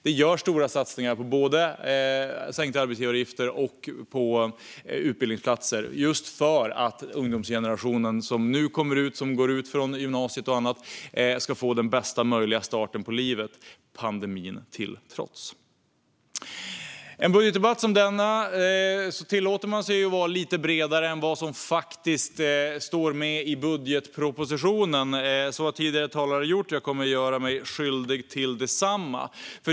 Det görs stora satsningar på både sänkta arbetsgivaravgifter och utbildningsplatser just för att den ungdomsgeneration som nu går ut gymnasiet och annat ska få den bästa möjliga starten på livet, pandemin till trots. I en budgetdebatt som denna tillåter man sig att vara lite bredare än det som faktiskt står med i budgetpropositionen. Så har tidigare talare gjort, och jag kommer att göra mig skyldig till detsamma.